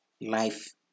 life